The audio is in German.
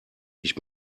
ich